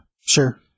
Sure